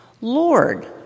Lord